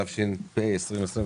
התשפ"ב-2021,